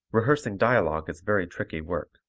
rehearsing dialogue is very tricky work.